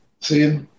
See